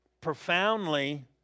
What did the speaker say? profoundly